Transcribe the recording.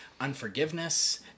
unforgiveness